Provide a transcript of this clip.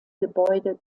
gebäude